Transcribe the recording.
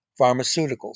pharmaceuticals